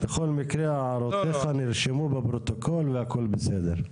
בכל מקרה, הערותיך נרשמו בפרוטוקול והכל בסדר.